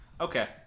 okay